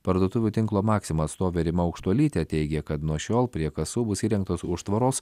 parduotuvių tinklo maxima atstovė rima aukštuolytė teigė kad nuo šiol prie kasų bus įrengtos užtvaros